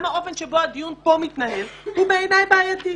גם האופן שבו הדיון מתנהל כעת הוא בעייתי בעיני.